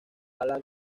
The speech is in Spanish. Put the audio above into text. halla